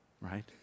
right